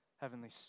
Heavenly